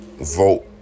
vote